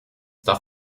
darf